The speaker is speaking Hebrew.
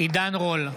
עידן רול,